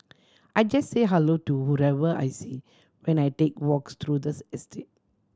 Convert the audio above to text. I just say hello to whoever I see when I take walks through the estate